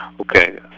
Okay